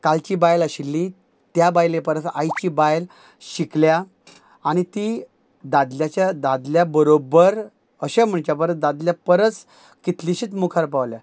कालची बायल आशिल्ली त्या बायले परस आयची बायल शिकल्या आनी ती दादल्याच्या दादल्या बरोबर अशें म्हणच्या परस दादल्या परस कितलीशीत मुखार पावल्या